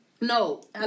No